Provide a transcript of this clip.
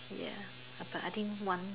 ya uh but I think one